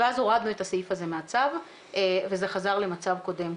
ואז הורדנו את הסעיף הזה מהצו וזה חזר למצב קודם.